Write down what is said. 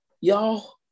Y'all